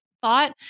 thought